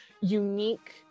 unique